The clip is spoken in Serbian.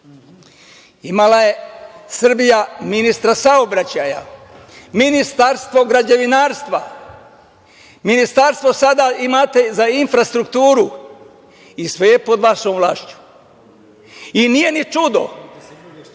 imala je Srbija ministra saobraćaja, Ministarstvo građevinarstva, imate sada Ministarstvo za infrastrukturu i sve je pod vašom vlašću.I nije ni čudo,